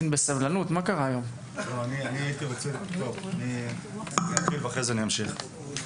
תודה אדוני היושב-ראש,